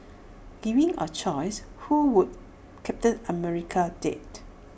given A choice who would captain America date